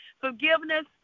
Forgiveness